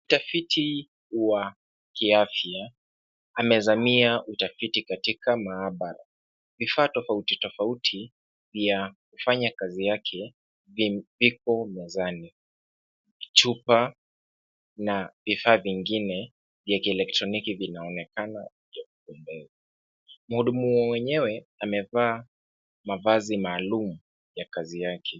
Mtafiti wa kiafya, amezamia utafiti katika maabara. Vifaa tofauti tofauti vya kufanya kazi yake vipo mezani. Chupa na vifaa vingine vya kielektroniki vinaonekana vikiwa hapo mbele. Mhudumu mwenyewe amevaa mavazi maalum ya kazi yake.